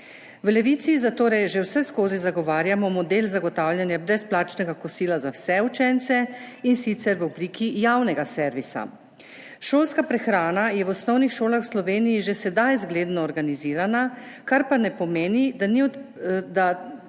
V Levici zatorej že vseskozi zagovarjamo model zagotavljanja brezplačnega kosila za vse učence, in sicer v obliki javnega servisa. Šolska prehrana je v osnovnih šolah v Sloveniji že sedaj zgledno organizirana, kar pa ne pomeni, da to področje